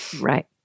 Right